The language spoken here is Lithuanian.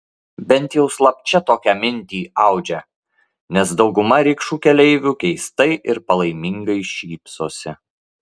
bent jau slapčia tokią mintį audžia nes dauguma rikšų keleivių keistai ir palaimingai šypsosi